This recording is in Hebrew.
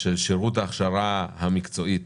של שירות ההכשרה המקצועית